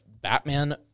Batman